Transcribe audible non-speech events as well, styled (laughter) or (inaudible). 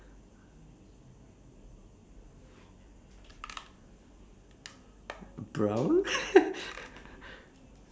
brown (laughs)